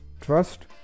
trust